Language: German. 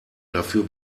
dafür